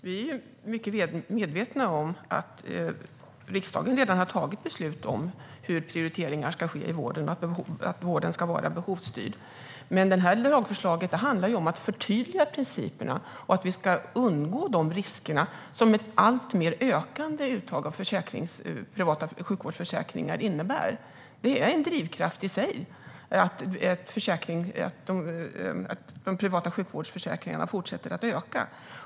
Herr talman! Vi är mycket medvetna om att riksdagen redan har tagit beslut om hur prioriteringar ska ske i vården och att vården ska vara behovsstyrd. Men det här lagförslaget handlar om att vi ska förtydliga principerna och att vi ska undvika de risker som ett ökande uttag av privata sjukvårdsförsäkringar innebär. Det är en drivkraft i sig att de privata sjukvårdsförsäkringarna fortsätter att öka.